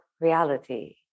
reality